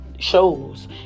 Shows